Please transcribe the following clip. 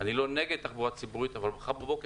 אני לא נגד תחבורה ציבורית אבל מחר בבוקר